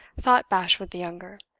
thought bashwood the younger.